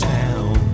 town